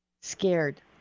scared